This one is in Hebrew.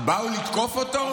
באו לתקוף אותו?